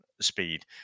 speed